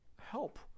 help